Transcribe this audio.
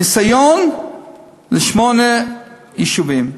ניסיון בשמונה יישובים.